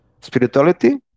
Spirituality